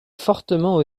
fortement